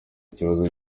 kibazo